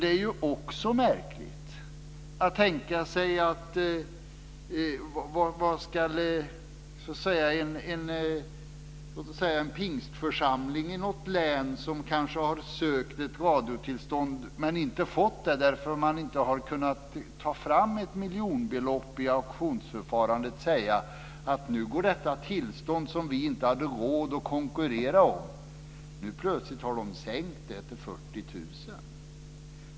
Det är också märkligt att tänka sig att t.ex. en pingstförsamling i något län som har sökt ett radiotillstånd men inte fått det därför att man inte har kunnat ta fram ett miljonbelopp vid auktionsförfarandet säger så här: Nu har de plötsligt sänkt det tillstånd som vi inte hade råd att konkurrera om till 40 000.